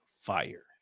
fire